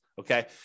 okay